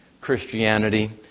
Christianity